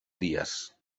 dies